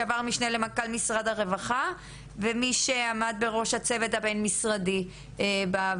לשעבר משנה למנכ"ל משרד הרווחה ומי שעמד בראש הצוות הבין משרדי בעבר.